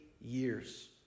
years